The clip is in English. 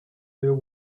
there